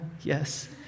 Yes